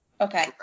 Okay